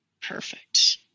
Perfect